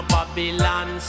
Babylon